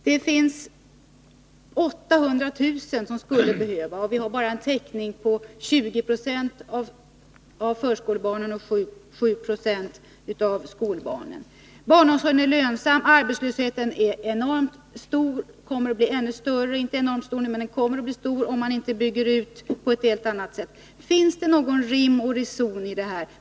Det finns 800 000 som skulle behöva barnomsorg, och vi har bara en täckning på 20 90 av förskolebarnen och 7 26 av skolbarnen. Barnomsorgen är lönsam. Arbetslösheten är stor och kommer att bli ännu större, om inte resurserna byggs ut på ett helt annat sätt. Är det någon rim och reson i det här?